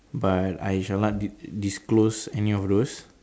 but I shall not dis~ disclose any of those